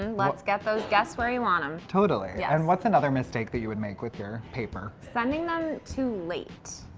let's get those guests where you want them. totally, and what's another mistake that you would make with your paper? sending them too late.